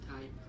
type